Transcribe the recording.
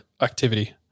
activity